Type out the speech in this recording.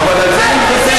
אבל על זה אני מדבר.